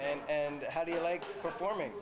and how do you like performing